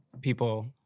people